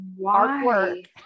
artwork